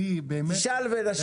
שאל ונשיב לך.